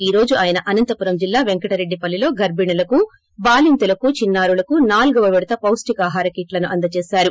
ఈ రోజు ఆయన అనంతపురం జిల్లా వెంకటరెడ్డి పల్లిలో గర్పిణులకు బాలింతలకు చిన్సా రులకు నాలుగో విడత పొష్షకాహార కిట్లను అందజేశారు